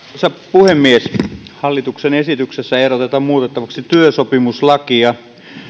puhemies hallituksen esityksessä ehdotetaan muutettavaksi työsopimuslakia